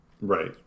right